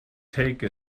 take